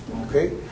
okay